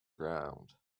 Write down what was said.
ground